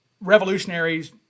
revolutionaries